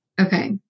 Okay